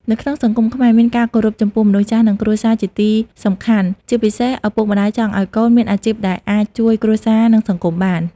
នៅក្នុងសង្គមខ្មែរមានការគោរពចំពោះមនុស្សចាស់ និងគ្រួសារជាទីសំខាន់ ជាពិសេសឪពុកម្ដាយចង់ឲ្យកូនមានអាជីពដែលអាចជួយគ្រួសារនិងសង្គមបាន។